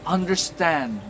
Understand